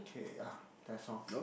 K ah that's all